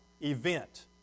event